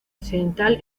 occidental